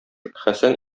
хәсән